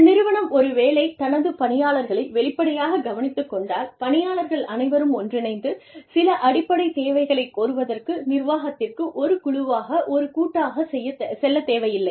ஒரு நிறுவனம் ஒருவேளை தனது பணியாளர்களை வெளிப்படையாகக் கவனித்துக் கொண்டால் பணியாளர்கள் அனைவரும் ஒன்றிணைந்து சில அடிப்படைத் தேவைகளை கோருவதற்கு நிர்வாகத்திற்கு ஒரு குழுவாக ஒரு கூட்டாகச் செல்லத் தேவையில்லை